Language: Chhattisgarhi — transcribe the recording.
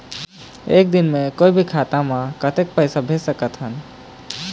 एक दिन म कोई भी खाता मा कतक पैसा भेज सकत हन?